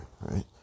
right